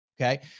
Okay